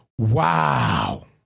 Wow